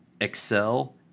excel